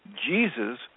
Jesus